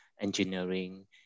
engineering